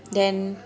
then